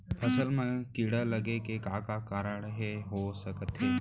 फसल म कीड़ा लगे के का का कारण ह हो सकथे?